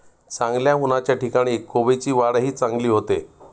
चांगल्या उन्हाच्या ठिकाणी कोबीची वाढही चांगली होते